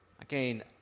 Again